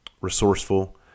resourceful